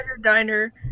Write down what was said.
diner